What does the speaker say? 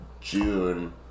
June